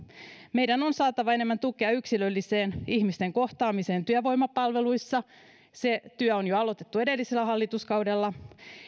meidän on saatava enemmän tukea yksilölliseen ihmisten kohtaamiseen työvoimapalveluissa se työ on jo aloitettu edellisellä hallituskaudella